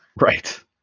Right